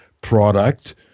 product